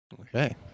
okay